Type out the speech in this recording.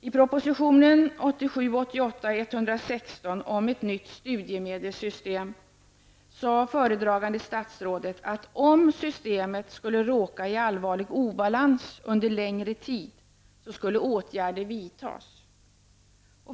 I propositionen 1987/88:116 om ett nytt studiemedelssystem sade föredragande statsrådet att om systemet skulle råka i allvarlig obalans under längre tid, så skulle åtgärder vidtas.